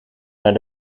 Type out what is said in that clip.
naar